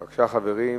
בבקשה, חברים.